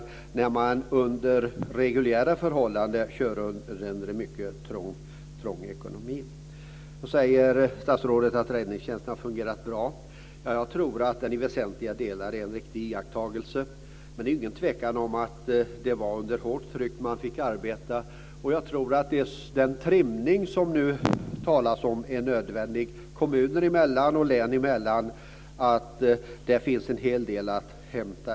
Även under reguljära förhållanden har det en mycket trång ekonomi. Statsrådet säger att räddningstjänsten har fungerat bra. Jag tror att det i väsentliga delar är riktigt, men den fick otvivelaktigt arbeta under hårt tryck. Jag tror att den intrimning kommuner och län emellan som det nu talas om är nödvändig. Där finns en hel del att göra.